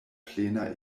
plena